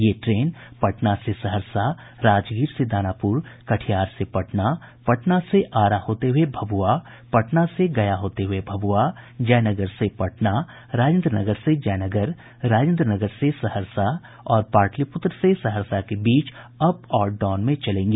ये ट्रेन पटना से सहरसा राजगीर से दानापुर कटिहार से पटना पटना से आरा होते हुए भभुआ पटना से गया होते हुए भभुआ जयनगर से पटना राजेन्द्र नगर से जयनगर राजेन्द्र नगर से सहरसा और पाटिलपुत्र से सहरसा के बीच अप और डाउन चलेगी